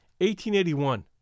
1881